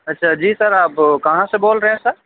اچھا جی سر آپ کہاں سے بول رہے ہیں سر